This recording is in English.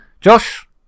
Josh